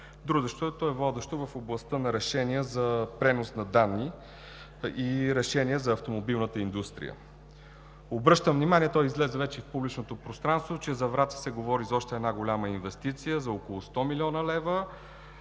Дружеството е водещо в областта на решенията за пренос на данни и решения за автомобилната индустрия. Обръщам внимание, излезе вече и в публичното пространство, че за Враца се говори за още една голяма инвестиция – за около 100 млн. лв.